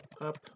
up